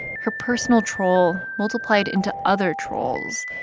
her personal troll multiplied into other trolls,